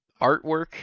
artwork